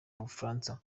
bufaransa